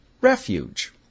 refuge